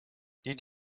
did